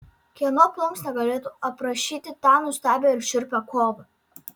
kieno plunksna galėtų aprašyti tą nuostabią ir šiurpią kovą